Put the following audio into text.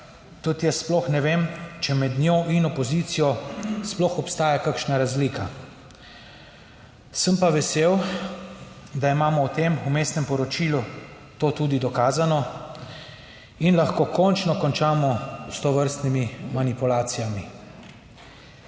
tudi jaz sploh ne vem, če med njo in opozicijo sploh obstaja kakšna razlika. Sem pa vesel, da imamo v tem vmesnem poročilu to tudi dokazano in lahko končno končamo s tovrstnimi manipulacijami.